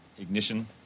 ignition